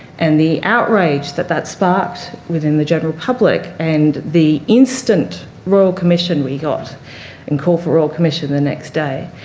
and the outrage that that sparked within the general public, and the instant royal commission we got and call for royal commission the next day.